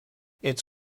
its